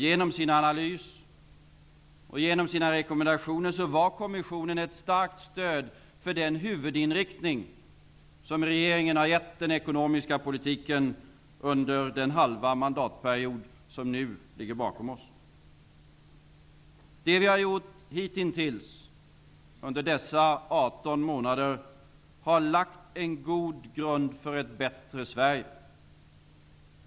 Genom sin analys och sina rekommendationer är kommissionen ett starkt stöd för den huvudinriktning som regeringen har gett den ekonomiska politiken under den halva mandatperiod som nu ligger bakom regeringen. Det regeringen under dessa 18 månader hitintills gjort är att regeringen har lagt en god grund för ett bättre Sverige.